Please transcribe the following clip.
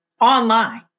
online